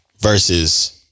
versus